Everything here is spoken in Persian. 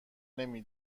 نمی